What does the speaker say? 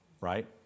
Right